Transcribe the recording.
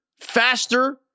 faster